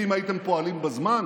ואם הייתם פועלים בזמן